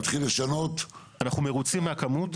להתחיל לשנות --- אנחנו מרוצים מהכמות,